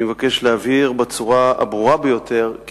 אני מבקש להבהיר בצורה הברורה ביותר כי